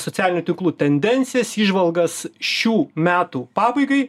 socialinių tinklų tendencijas įžvalgas šių metų pabaigai